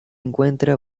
encuentra